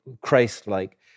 Christ-like